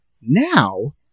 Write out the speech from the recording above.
Now